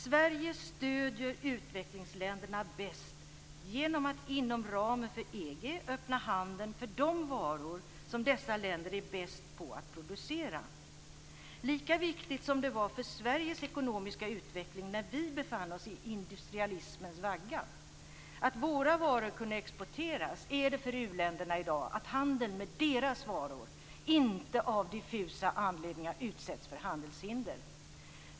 Sverige stöder utvecklingsländerna bäst genom att inom ramen för EG öppna handeln för de varor som dessa länder är bäst på att producera. Lika viktigt som det var för Sveriges ekonomiska utveckling, när vi befann oss i industrialismens vagga, att våra varor kunde exporteras är det för uländerna i dag att handeln med deras varor inte av diffusa anledningar utsätts för handelshinder.